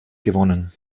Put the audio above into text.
gewonnen